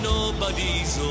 Nobody's